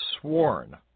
sworn